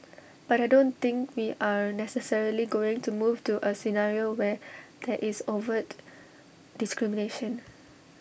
but I don't think we are necessarily going to move to A scenario where there is overt discrimination